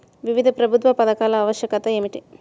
వివిధ ప్రభుత్వ పథకాల ఆవశ్యకత ఏమిటీ?